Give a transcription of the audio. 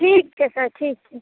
ठीक छै त ठीक छै